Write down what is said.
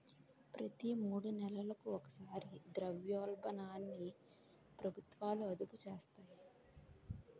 ప్రతి మూడు నెలలకు ఒకసారి ద్రవ్యోల్బణాన్ని ప్రభుత్వాలు అదుపు చేస్తాయి